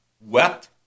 wept